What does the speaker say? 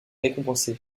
récompensés